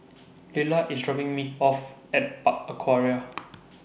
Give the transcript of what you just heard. Lyla IS dropping Me off At Park Aquaria